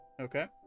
Okay